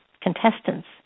contestants